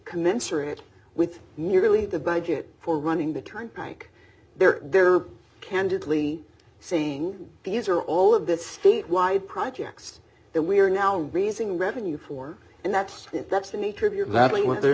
commensurate with nearly the budget for running the turnpike there there candidly saying these are all of this state wide projects that we are now raising revenue for and that's if that's the nature of your valley what they're